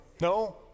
No